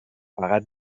فقط